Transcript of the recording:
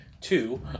Two